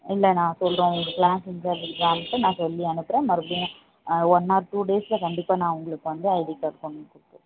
இல்லை நான் சொல்லுறோம் உங்கள் கிளாஸ் இன்சார்ஜ் மேம்கிட்ட நான் சொல்லி அனுப்புகிறேன் மறுபடியும் ஒன் ஆர் டூ டேஸில் கண்டிப்பாக நான் உங்களுக்கு வந்து ஐடி கார்ட் கொண்டு வந்து கொடுத்துட்றேன்